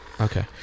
Okay